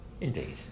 Indeed